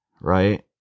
right